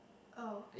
oh